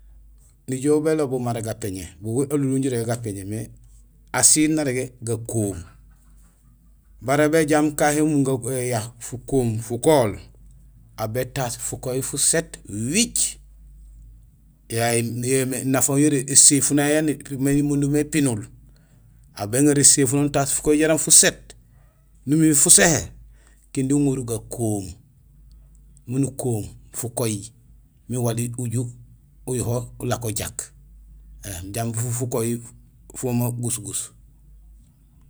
Nijool bélobul mara gapéñé bugul alunlum jirégé gapéñé; mais asiil narégé gakoom. Baré béjaam kahi umunéya fakoom fukohol; aw bétaas fukohi fuséét wiic; yayu yo yoomé nafa yara éséfuna yayu épimé, imundumé ipinul; aw béŋa éséfuno nutaas fukohi jaraam fuséét; nomimé fuséhé kindi uŋorul gakoom miin ukoom fukohi miin wali uju ujuho ulako jaak jambi fukohi fooma gusgus.